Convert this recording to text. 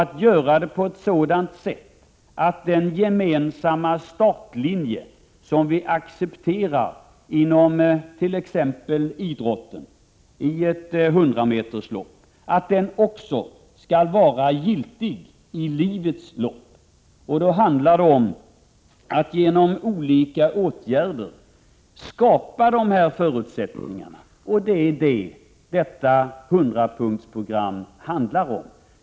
En gemensam startlinje, en sådan som vi accepterar inom idrotten, t.ex. i ett hundrameterslopp, skall vara giltig också i livets lopp. Det handlar om att genom olika åtgärder skapa förutsättningarna för detta. Det är den saken 100-punktsprogrammet handlar om.